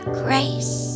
grace